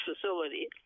facility